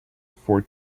for